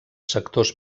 sectors